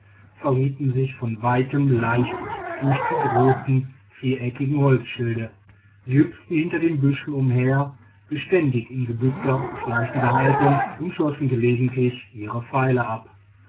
verrieten sich von weitem leicht durch die großen viereckigen holzschilde sie hüpften hinter den büschen umher beständig in gebückter schleichender haltung und schossen gelegentlich ihre pfeile ab